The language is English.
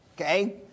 okay